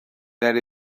that